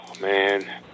man